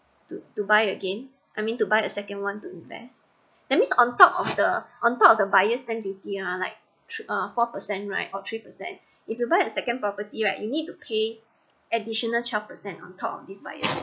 to to buy again I mean to buy a second one to invest that means on top of the on top of the buyer's stamp duty ah like three four percent right or three percent if you buy a second property right you need to pay additional twelve percent on top of this buyer